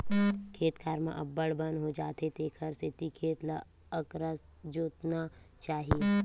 खेत खार म अब्बड़ बन हो जाथे तेखर सेती खेत ल अकरस जोतना चाही